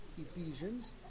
Ephesians